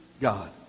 God